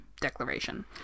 declaration